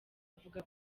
avuga